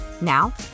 Now